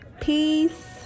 peace